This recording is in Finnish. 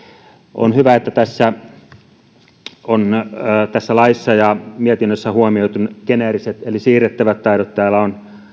on hyvä että tässä laissa ja mietinnössä on huomioitu geneeriset eli siirrettävät taidot täällä on